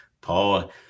Paul